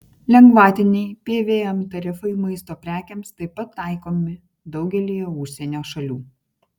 lengvatiniai pvm tarifai maisto prekėms taip pat taikomi daugelyje užsienio šalių